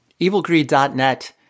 EvilGreed.net